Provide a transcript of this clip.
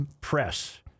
press